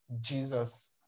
Jesus